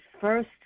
first